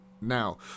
now